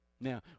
now